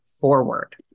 forward